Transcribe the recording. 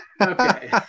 Okay